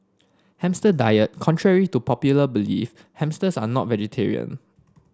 hamster diet Contrary to popular belief hamsters are not vegetarian